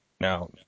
Now